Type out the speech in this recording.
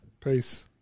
Peace